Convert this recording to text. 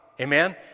amen